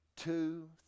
two